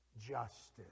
justice